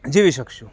જીવી શકીશું